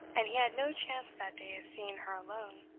and he had no chance that day of seeing her alone.